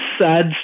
sad